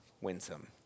winsome